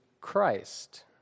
Christ